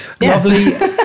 Lovely